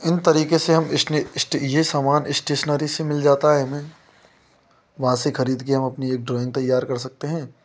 इन तरीके से हम इसलिए यह सामान स्टेशनरी से मिल जाता हमें वहाँ से खरीदकर हम अपनी एक ड्रॉइंग तैयार कर सकते हैं